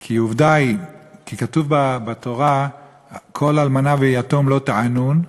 כי כתוב בתורה: "כל אלמנה ויתום לא תענון",